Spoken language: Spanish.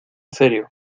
serio